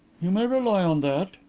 you may rely on that.